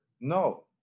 no